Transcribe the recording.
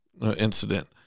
incident